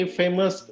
famous